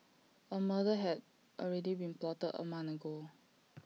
A murder had already been plotted A month ago